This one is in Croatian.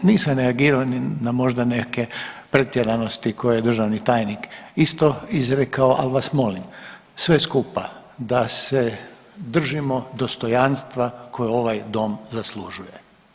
Nisam reagirao ni na možda neke pretjeranosti koje je državni tajnik isto izrekao ali vas molim sve skupa da se držimo dostojanstva koje ovaj dom zaslužuje.